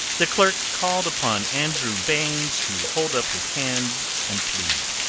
the clerk called upon andrew baynes to hold up his hand and plead.